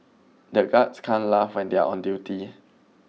the guards can't laugh when they are on duty